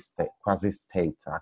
quasi-state